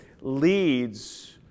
leads